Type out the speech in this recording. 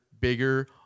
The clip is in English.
bigger